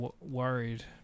worried